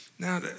Now